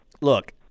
look